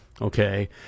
okay